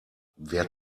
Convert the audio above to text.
wer